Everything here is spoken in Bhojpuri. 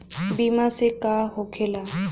बीमा से का होखेला?